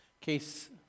case